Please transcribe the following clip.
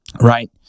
Right